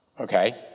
Okay